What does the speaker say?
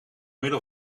middel